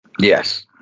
Yes